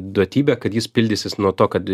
duotybė kad jis pildysis nuo to kad